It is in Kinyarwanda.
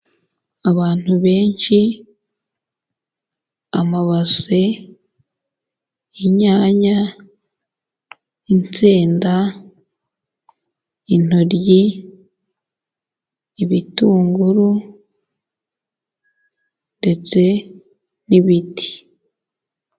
Abantu benshi, amabase, inyanya, insenda, intoryi, ibitunguru ndetse n'ibiti.